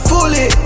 Fully